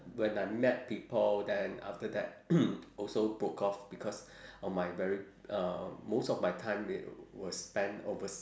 when I met people then after that also broke off because of my very uh most of my time was spent overs~